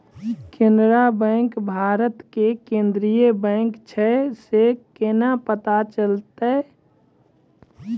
Canara bank Bharat के केन्द्रीय bank छै से केना पता चलतै?